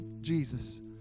Jesus